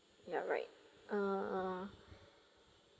yeah right uh